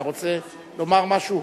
אתה רוצה לומר משהו?